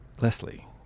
Leslie